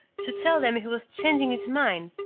to tell them he was changing his mind,